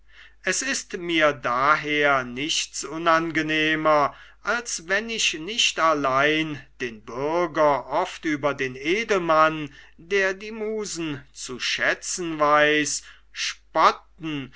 es ist mir daher nichts unangenehmer als wenn ich nicht allein den bürger oft über den edelmann der die musen zu schätzen weiß spotten